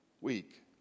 week